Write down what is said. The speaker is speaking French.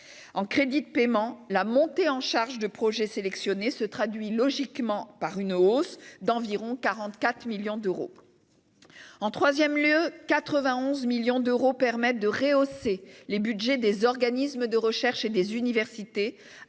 En crédits de paiement, la montée en charge des projets sélectionnés se traduit logiquement par une hausse d'environ 44 millions d'euros. En troisième lieu, une somme de 91 millions d'euros est prévue pour rehausser les budgets des organismes de recherche et des universités,